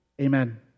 Amen